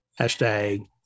hashtag